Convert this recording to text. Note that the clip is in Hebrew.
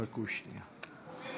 חכו שנייה.